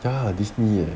刚好 disney